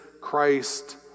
Christ